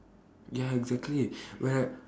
ya exactly when I